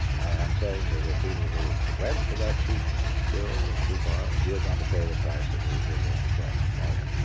and saying to the people who went for that cheap fuel, cheap oil, um you're going to pay the price that we're we're going to determine for you.